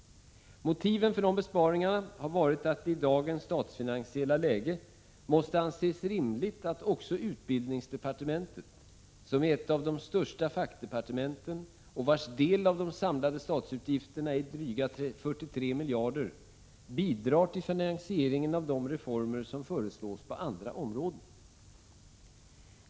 Motivet för besparingarna har varit att det i dagens statsfinansiella läge måste anses rimligt att även utbildningsdepartementet, som är ett av de största fackdepartementen och vars del av de samlade statsutgifterna är dryga 43 miljarder, bidrar till finansieringen av de reformer som föreslås på andra områden.